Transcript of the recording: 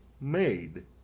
made